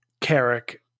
Carrick